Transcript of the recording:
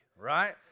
right